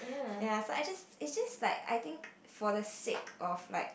ya I just it just like I think for the sick of like